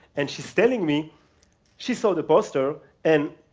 and she's telling me she saw the poster and